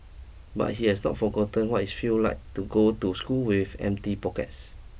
but he has not forgotten what it feel like to go to school with empty pockets